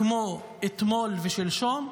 כמו אתמול ושלשום,